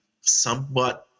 somewhat